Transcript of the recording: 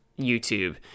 youtube